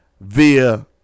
via